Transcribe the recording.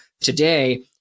today